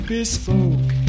Bespoke